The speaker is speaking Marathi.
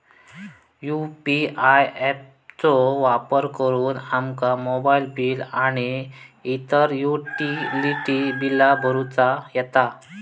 यू.पी.आय ऍप चो वापर करुन आमका मोबाईल बिल आणि इतर युटिलिटी बिला भरुचा येता